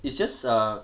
it's just a